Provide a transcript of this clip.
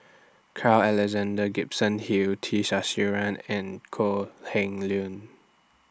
Carl Alexander Gibson Hill T Sasitharan and Kok Heng Leun